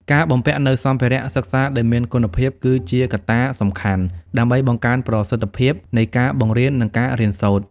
ការបំពាក់នូវសម្ភារៈសិក្សាដែលមានគុណភាពគឺជាកត្តាសំខាន់ដើម្បីបង្កើនប្រសិទ្ធភាពនៃការបង្រៀននិងការរៀនសូត្រ។